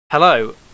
Hello